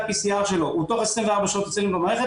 ה-PCR שלו והוא תוך 24 שעות אצלי במערכת,